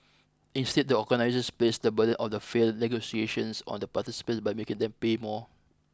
instead the organisers placed the burden of the failed negotiations on the participants by making them pay more